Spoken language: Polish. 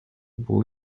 był